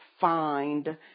find